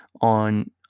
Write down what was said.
on